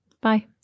Bye